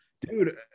Dude